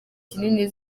kinini